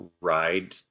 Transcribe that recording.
ride